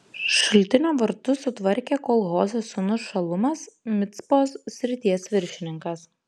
šaltinio vartus sutvarkė kol hozės sūnus šalumas micpos srities viršininkas